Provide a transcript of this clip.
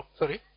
sorry